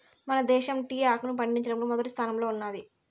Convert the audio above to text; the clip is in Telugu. మన దేశం టీ ఆకును పండించడంలో మొదటి స్థానంలో ఉన్నాది